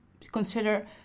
consider